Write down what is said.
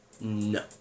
No